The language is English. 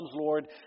Lord